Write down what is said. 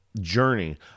journey